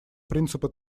принципы